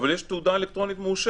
אבל יש גם "תעודה אלקטרונית מאושרת".